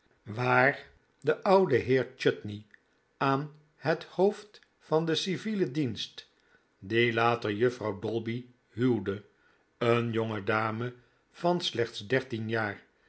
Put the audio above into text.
waar de oude heer chutney aan het hoofd van den civielen dienst die later juffrouw dolby huwde een jonge dame van slechts dertien jaar